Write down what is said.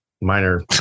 minor